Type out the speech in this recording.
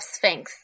Sphinx